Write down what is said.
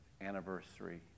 anniversary